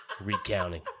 Recounting